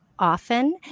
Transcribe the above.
often